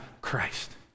Christ